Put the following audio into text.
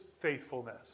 faithfulness